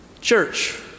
church